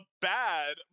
bad